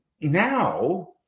Now